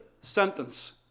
sentence